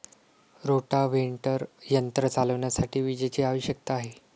rotavator यंत्र चालविण्यासाठी विजेची आवश्यकता आहे